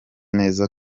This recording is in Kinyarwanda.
neza